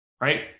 right